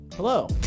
Hello